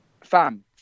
fam